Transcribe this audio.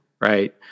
right